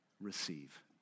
receive